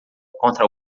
contra